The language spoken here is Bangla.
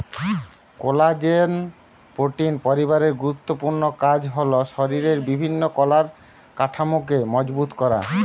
কোলাজেন প্রোটিন পরিবারের গুরুত্বপূর্ণ কাজ হল শরিরের বিভিন্ন কলার কাঠামোকে মজবুত করা